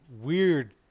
weird